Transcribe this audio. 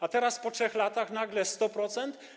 A teraz po 3 latach nagle 100%?